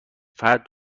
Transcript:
فرد